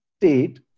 state